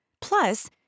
Plus